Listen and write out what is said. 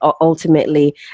ultimately